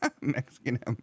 Mexican